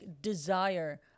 desire